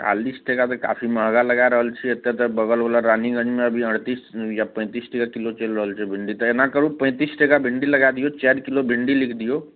चालिस टका तऽ काफी महगा लगै रहल छिए एतए तऽ बगल बगलवला रानीगञ्जमे अभी अड़तिस या पैँतिस टका किलो चलि रहल छै भिन्डी तऽ एना करू पैँतिस टका भिन्डी लगै दिऔ चारि किलो भिन्डी लिखि दिऔ